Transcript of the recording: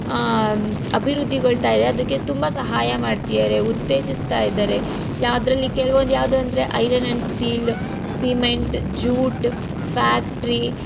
ಅಭಿವೃದ್ಧಿಗೊಳ್ತಾಯಿದೆ ಅದಕ್ಕೆ ತುಂಬ ಸಹಾಯ ಮಾಡ್ತಿದ್ದಾರೆ ಉತ್ತೇಜಿಸ್ತಾ ಇದ್ದಾರೆ ಯಾವುದ್ರಲ್ಲಿ ಕೆಲವೊಂದು ಯಾವುದಂದ್ರೆ iron and steel cement jute factory